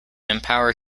empower